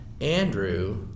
Andrew